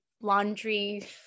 laundry